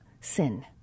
sin